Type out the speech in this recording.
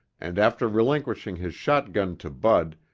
and after relinquishing his shotgun to bud,